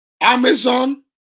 Amazon